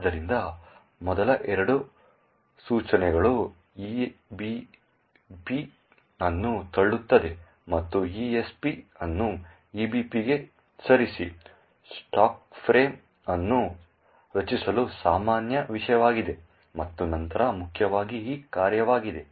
ಆದ್ದರಿಂದ ಮೊದಲ ಎರಡು ಸೂಚನೆಗಳು EBP ಅನ್ನು ತಳ್ಳುತ್ತದೆ ಮತ್ತು ESP ಅನ್ನು EBP ಗೆ ಸರಿಸಿ ಸ್ಟಾಕ್ ಫ್ರೇಮ್ ಅನ್ನು ರಚಿಸಲು ಸಾಮಾನ್ಯ ವಿಷಯವಾಗಿದೆ ಮತ್ತು ನಂತರ ಮುಖ್ಯವಾಗಿ ಈ ಕಾರ್ಯವಾಗಿದೆ